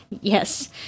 Yes